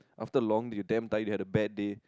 after long you damn tired you have a bad day